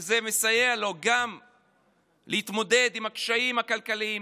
וזה מסייע לו גם להתמודד עם הקשיים הכלכליים,